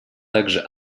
также